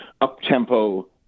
up-tempo